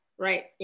Right